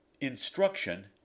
Instruction